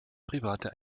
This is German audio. private